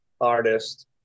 artist